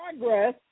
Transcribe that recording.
progress